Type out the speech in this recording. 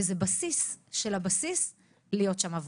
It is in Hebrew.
וזה בסיס של הבסיס להיות שם עבורם.